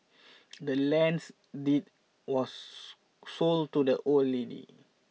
the land's deed was sold to the old lady